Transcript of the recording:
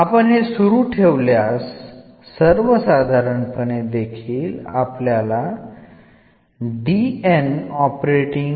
ഇതേകാര്യം രണ്ട് തവണ ചെയ്താൽ എന്ത് സംഭവിക്കും